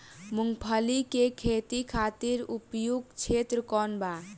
मूँगफली के खेती खातिर उपयुक्त क्षेत्र कौन वा?